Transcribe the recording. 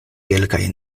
kelkaj